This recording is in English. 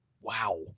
Wow